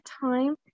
time